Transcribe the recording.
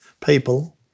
people